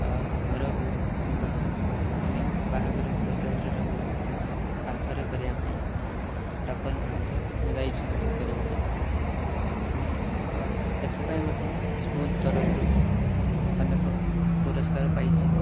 ଘର ହେଉ କିମ୍ବା ଅନ୍ୟ ବାହାଘର ବ୍ରତଘରର ହେଉ କାନ୍ଥରେ କରିବା ପାଇଁ ଡାକନ୍ତି ମଧ୍ୟ ମୁଁ ଯାଇଛି ମଧ୍ୟ କରିବା ପାଇଁ ଏବଂ ଏଥିପାଇଁ ମଧ୍ୟ ସ୍କୁଲ୍ ତରଫରୁ ଅନେକ ପୁରସ୍କାର ପାଇଛି